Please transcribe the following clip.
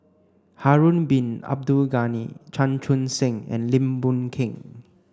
Harun Bin Abdul Ghani Chan Chun Sing and Lim Boon Keng